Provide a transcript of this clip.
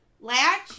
latch